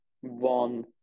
one